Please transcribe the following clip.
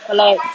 like